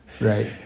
Right